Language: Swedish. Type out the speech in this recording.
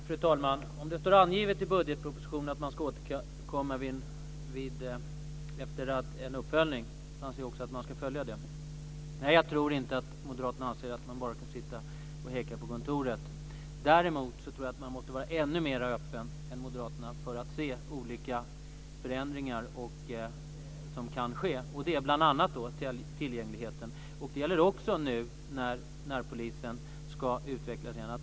Fru talman! Om det står angivet i budgetpropositionen att man ska återkomma efter en uppföljning anser jag också att man ska följa det. Nej, jag tror inte att moderaterna anser att man bara ska sitta och häcka på kontoret. Däremot tror jag att man måste vara ännu mer öppen än moderaterna för att se olika förändringar som kan ske. Det gäller bl.a. tillgängligheten. Det gäller också nu när närpolisen ska utvecklas igen.